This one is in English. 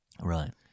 Right